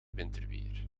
winterweer